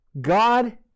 God